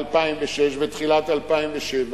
2006 ותחילת 2007,